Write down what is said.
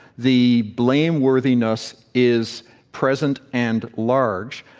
the blameworthiness is present and large.